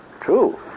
True